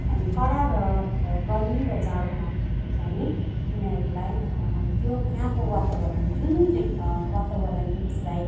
अनि कडा र गर्मी र जाडोमा चाहिँ उनीहरूलाई त्यहाँको वातावरण जुन चाहिँ वातावरणले उसलाई